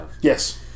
Yes